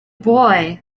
boy